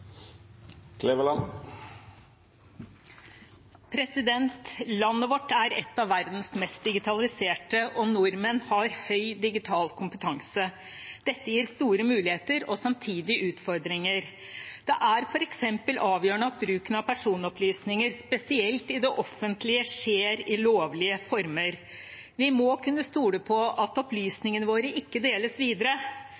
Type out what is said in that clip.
nordmenn har høy digital kompetanse. Dette gir store muligheter og samtidig utfordringer. Det er f.eks. avgjørende at bruken av personopplysninger, spesielt i det offentlige, skjer i lovlige former. Vi må kunne stole på at